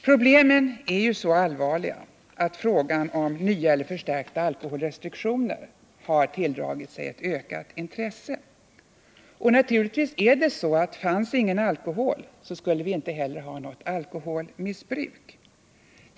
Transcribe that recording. Problemen är så allvarliga att frågan om nya eller förstärkta alkoholrestriktioner på sistone har tilldragit sig ökat intresse. Naturligtvis är det så, att funnes ingen alkohol skulle vi inte ha något alkoholmissbruk.